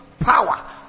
power